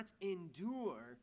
endure